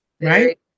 Right